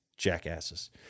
jackasses